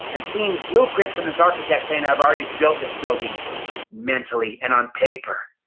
and seeing blueprints from this architect saying, i've already built this building mentally and on paper.